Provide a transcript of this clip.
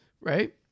right